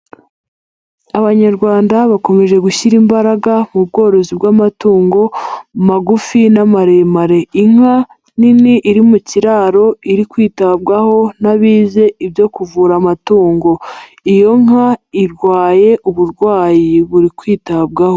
Abanyarwanda bakomeje gushyira imbaraga mu bworozi bw'amatungo magufi n'amaremare, inka nini iri mu kiraro iri kwitabwaho n'abize ibyo kuvura amatungo, iyo nka irwaye uburwayi buri kwitabwaho.